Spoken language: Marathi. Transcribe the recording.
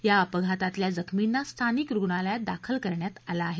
या अपघातातल्या जखर्मीना स्थानिक रुग्णालयात दाखल करण्यात आलं आहे